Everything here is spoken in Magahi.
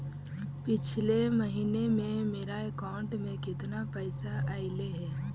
पिछले महिना में मेरा अकाउंट में केतना पैसा अइलेय हे?